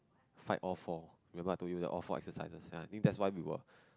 fight all for remember I told you all for exercises then I think that's why we were